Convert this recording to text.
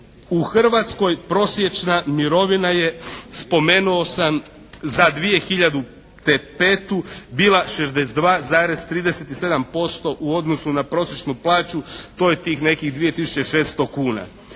U Hrvatskoj prosječna mirovina je spomenuo sam za 2005. bila 62,37% u odnosu na prosječnu plaću. To je tih nekih 2600 kn.